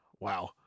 wow